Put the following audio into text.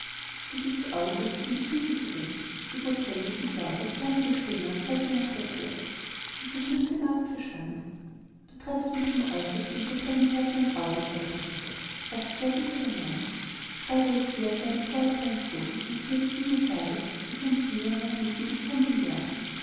du gehst augenblicklich in die küche zurück gebot hellwig mit lauter zorniger stimme und zeigte nach der thür die verblüffte magd verschwand du treibst mich zum aeußersten durch deine härte und grausamkeit brigitte rief der erbitterte mann schreibe es daher dir und deinen vorurteilen zu wenn ich dir jetzt dinge sage die sonst nie über meine lippen gekommen wären